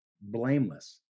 blameless